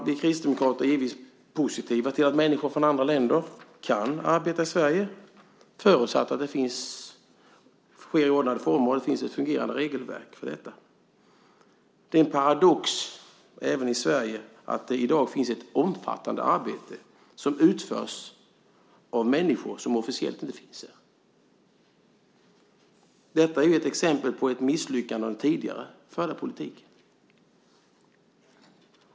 Vi kristdemokrater är givetvis positiva till att människor från andra länder kan arbeta i Sverige förutsatt att det sker i ordnade former och att det finns ett fungerande regelverk för detta. Det är en paradox även i Sverige att det i dag finns ett omfattande arbete som utförs av människor som officiellt inte finns här. Detta är ett exempel på ett misslyckande av den tidigare förda politiken.